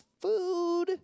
food